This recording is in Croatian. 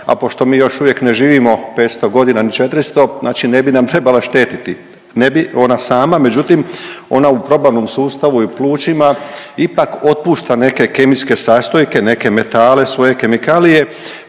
a pošto mi još uvijek ne živimo 500.g., ni 400., znači ne bi nam trebala štetiti, ne bi ona sama, međutim ona u probavnom sustavu i plućima ipak otpušta neke kemijske sastojke, neke metale, svoje kemikalije